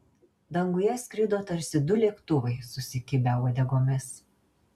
danguje skrido tarsi du lėktuvai susikibę uodegomis